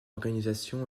organisation